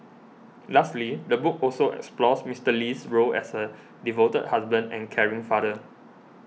lastly the book also explores Mister Lee's role as a devoted husband and caring father